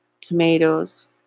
tomatoes